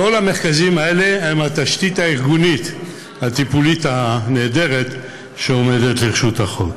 כל המרכזים האלה הם התשתית הארגונית הטיפולית הנהדרת שעומדת לרשות החוק.